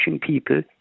people